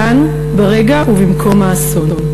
כאן ברגע ובמקום האסון.